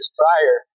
prior